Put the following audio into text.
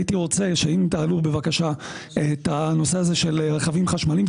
הייתי רוצה שאם תעלו בבקשה את הנושא הזה של רכבים חשמליים,